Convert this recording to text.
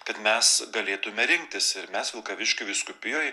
kad mes galėtume rinktis ir mes vilkaviškio vyskupijoj